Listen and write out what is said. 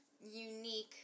unique